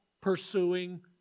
pursuing